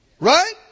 Right